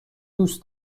دوست